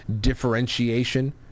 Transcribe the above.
differentiation